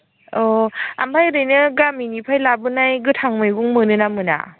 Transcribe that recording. औ ओमफ्राय ओरैनो गामिनिफ्राय लाबोनाय गोथां मैगं मोनोना मोना